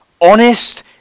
honest